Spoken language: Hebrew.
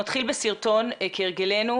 נתחיל בסרטון כהרגלנו.